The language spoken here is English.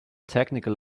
technical